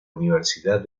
universidad